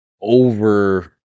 over